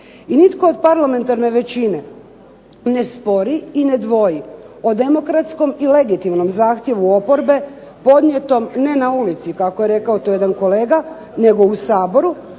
I nitko od parlamentarne većine ne spori i ne dvoji o demokratskom i legitimnom zahtjevu oporbe podnijetom ne na ulici kako je rekao to jedan kolega, nego u Saboru.